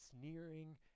sneering